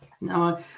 no